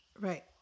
Right